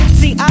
see